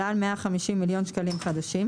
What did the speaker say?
עלה על 150 מיליון שקלים חדשים,